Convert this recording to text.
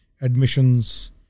admissions